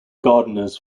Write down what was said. gardeners